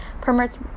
permits